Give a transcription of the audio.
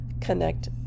connect